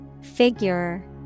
Figure